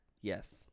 Yes